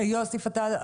יוסי פתאל,